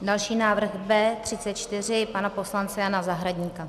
Další návrh B34 pana poslance Jana Zahradníka.